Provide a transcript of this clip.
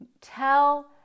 tell